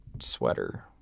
sweater